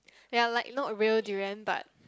ya like not real durian but